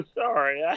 sorry